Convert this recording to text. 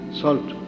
salt